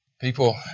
People